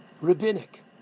rabbinic